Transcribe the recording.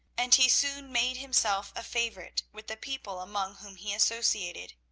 and he soon made himself a favourite with the people among whom he associated.